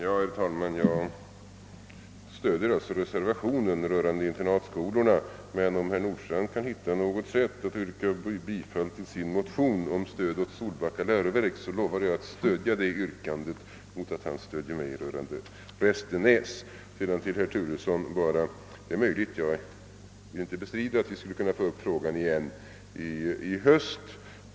Herr talman! Jag stöder reservationen om internatskolorna, men om herr Nordstrandh kan finna något sätt att yrka bifall till sin motion om stöd åt Solbacka läroverk, så lovar jag att stödja det yrkandet, mot att han stöder mig när det gäller Restenässkolan. Sedan vill jag bara säga till herr Turesson att det är möjligt att denna fråga kan tas upp igen i höst; jag vill inte bestrida det.